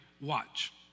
Watch